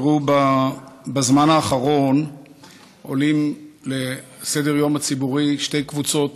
בזמן האחרון עולות לסדר-היום הציבורי שתי קבוצות